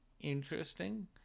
interesting